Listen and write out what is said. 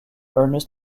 ernest